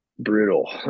brutal